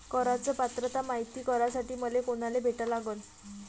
कराच पात्रता मायती करासाठी मले कोनाले भेटा लागन?